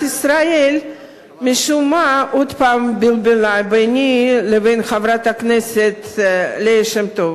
מה עוד פעם בלבלה ביני לבין חברת הכנסת ליה שמטוב.